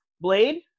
Blade